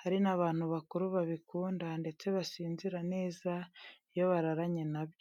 hari n'abantu bakuru babikunda ndetse basinzira neza iyo bararanye na byo.